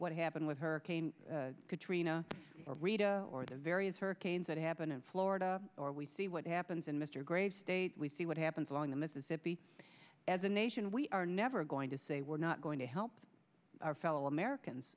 what happened with hurricane katrina or rita or the various hurricanes that happen in florida or we see what happens in mr gray state we see what happens along the mississippi as a nation we are never going to say we're not going to help our fellow americans